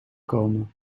komen